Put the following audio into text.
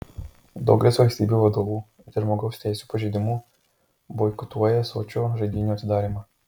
daugelis valstybių vadovų dėl žmogaus teisių pažeidimų boikotuoja sočio žaidynių atidarymą